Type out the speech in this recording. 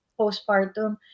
postpartum